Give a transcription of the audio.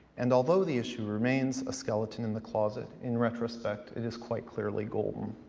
and although the issue remains a skeleton in the closet, in retrospect, it is quite clearly golden.